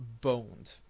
boned